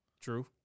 True